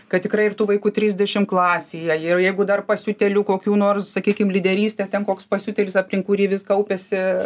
kad tikrai ir tų vaikų trisdešim klasėje ir jeigu dar pasiutėlių kokių nors sakykim lyderystė ten koks pasiutėlis aplink kurį vis kaupiasi